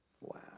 Wow